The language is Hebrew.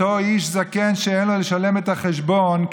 אותו איש זקן שאין לו לשלם את החשבון,